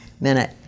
minute